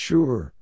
Sure